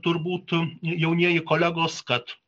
turbūt jaunieji kolegos kad